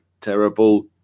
terrible